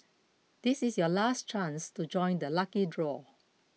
this is your last chance to join the lucky draw